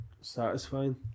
satisfying